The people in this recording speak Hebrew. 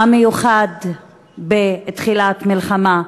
מה מיוחד בתחילת מלחמה?